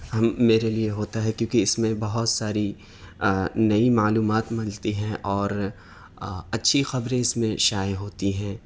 ہم میرے لیے ہوتا ہے کیوں کہ اس میں بہت ساری نئی معلومات ملتی ہیں اور اچھی خبریں اس میں شائع ہوتی ہیں